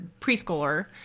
preschooler